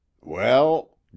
Well